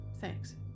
Thanks